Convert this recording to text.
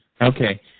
Okay